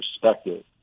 perspective